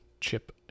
Chip